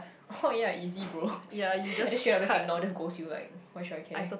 oh ya easy bro I just straight up just ignore just ghost you like why should I care